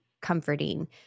comforting